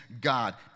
God